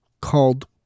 called